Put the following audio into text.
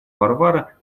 варвара